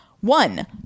One